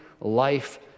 life